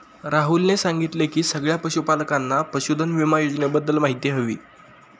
राहुलने सांगितले की सगळ्या पशूपालकांना पशुधन विमा योजनेबद्दल माहिती हवी